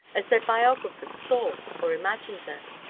as their biographers saw, or imagined them.